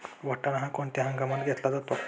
वाटाणा हा कोणत्या हंगामात घेतला जातो?